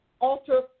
Alter